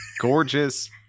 gorgeous